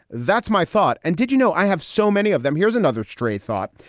that's my thought. and did you know i have so many of them? here's another stray thought.